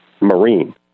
Marine